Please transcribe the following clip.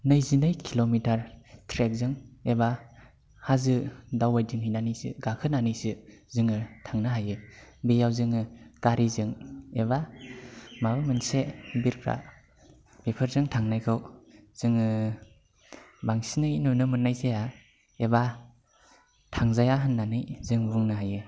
नैजिनै kilometre ट्रेकजों एबा हाजो दावबायथिहैनानैसो गाखोनानैसो जोङो थांनो हायो बेयाव जोङो गारिजों एबा माबा मोनसे बिरफ्रा बेफोरजों थांनायखौ जोङो बांसिनै नुनो मोननाय जाया एबा थांजाया होननानै जों बुंनो हायो